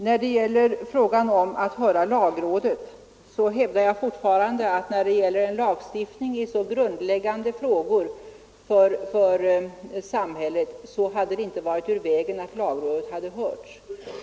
Vad beträffar frågan om att höra lagrådet hävdar jag fortfarande att när det gäller en lagstiftning i så grundläggande angelägenheter för samhället så borde det ha varit självklart att lagrådet hade hörts.